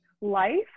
life